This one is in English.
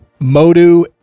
Modu